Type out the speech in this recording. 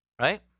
Right